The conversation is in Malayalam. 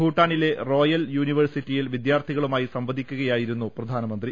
ഭൂട്ടാനിലെ റോയൽ യൂനിവേഴ് സിറ്റിയിൽ വിദ്യാർഥികളുമായി സംവദിക്കുകയായിരുന്നു പ്രധാനമന്ത്രി